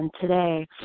today